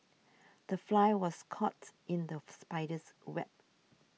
the fly was caught in the spider's web